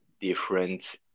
different